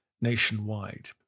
nationwide